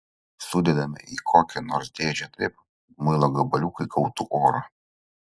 sudedame į kokią nors dėžę taip kad muilo gabaliukai gautų oro